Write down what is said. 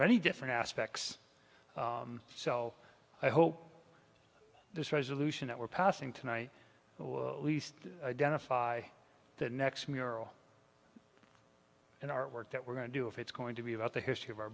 many different aspects so i hope this resolution that we're passing tonight or least identify the next mural and artwork that we're going to do if it's going to be about the history of our